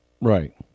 Right